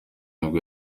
nibwo